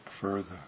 further